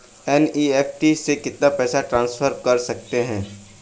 NEFT से कितना पैसा ट्रांसफर कर सकते हैं?